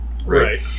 Right